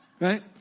right